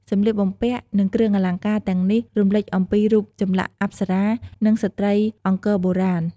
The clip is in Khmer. សម្លៀកបំំពាក់ និង គ្រឿងអលង្ការទាំងនេះរំលេចអំពីរូបចម្លាក់អប្សរា និងស្ត្រីអង្គរបុរាណ។